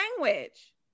language